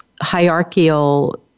hierarchical